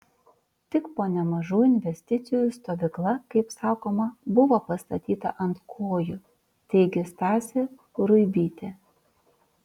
tik po nemažų investicijų stovykla kaip sakoma buvo pastatyta ant kojų teigė stasė ruibytė